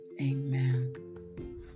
Amen